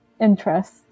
interest